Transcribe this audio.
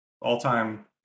all-time